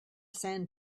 sand